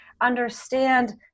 understand